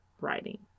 writing